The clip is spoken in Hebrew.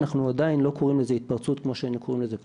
אנחנו עדיין לא קוראים לזה התפרצות כמו שהיינו קוראים לזה פעם.